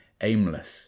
aimless